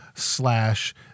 slash